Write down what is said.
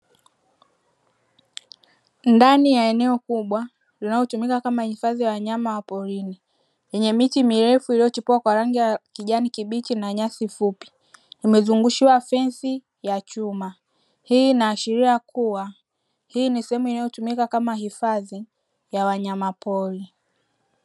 Ndani ya eneo kubwa linalotumika kama hifadhi ya wanyama wa porini yenye miti mirefu iliyochipua kwa rangi ya kijani kibichi na nyasi fupi, imezungushiwa fensi ya chuma, hii inaashiria kuwa hii ni sehemu inayotumika kama hifadhi ya wanyama pori.